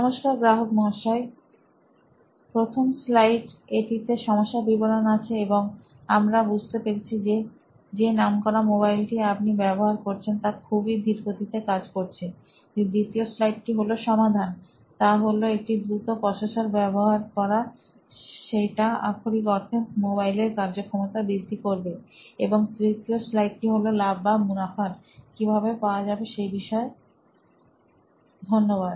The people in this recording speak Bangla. নমস্কার গ্রাহক মহাশয় প্রথম স্লাইড এটিতে সমস্যার বিবরণ আছে এবং আমরা বুঝতে পেরেছি যে যে নামকরা মোবাইলটি আপনি ব্যবহার করছেন তা খুবই ধীর গতিতে কাজ করছে দ্বিতীয় স্লাইড টি হল সমাধান তা হল একটি দ্রুত প্রসেসর ব্যবহার করা সেটা আক্ষরিক অর্থে মোবাইলের কার্যক্ষমতা বৃদ্ধি করবে এবং তৃতীয় স্লাইড টি হল লাভ বা মুনাফা কিভাবে পাওয়া যাবে সেই বিষয়ে ধন্যবাদ